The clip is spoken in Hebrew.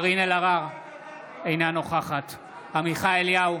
אינה נוכחת עמיחי אליהו,